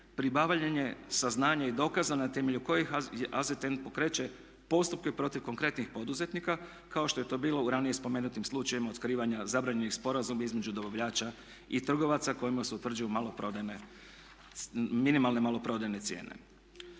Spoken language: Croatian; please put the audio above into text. pribavljanje saznanja i dokaza na temelju kojih je AZTN pokreće postupke protiv konkretnih poduzetnika kao što je to bilo u ranije spomenutim slučajevima otkrivanja zabranjenih sporazuma između dobavljača i trgovaca kojima se utvrđuju maloprodajne, minimalne maloprodajne cijene.